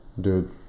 dude